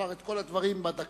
לומר את כל הדברים בדקה.